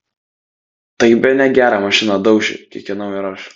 tai bene gerą mašiną dauši kikenau ir aš